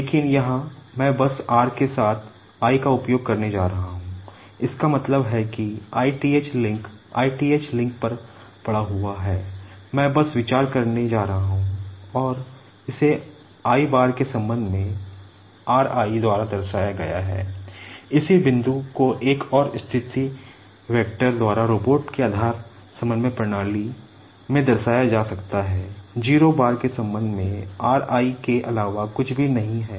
लेकिन यहाँ मैं बस r के साथ i का उपयोग करने जा रहा हूं इसका मतलब है कि i th link i th link पर पड़ा हुआ है मैं बस विचार करने जा रहा हूं और इसे i बार के संबंध में r i द्वारा दर्शाया गया है